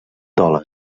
dòlar